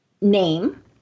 name